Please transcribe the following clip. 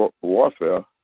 warfare